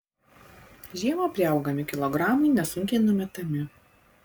žiemą priaugami kilogramai nesunkiai numetami